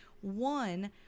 one